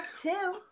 two